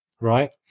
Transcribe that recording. right